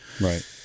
Right